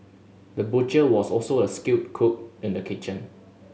the butcher was also a skilled cook in the kitchen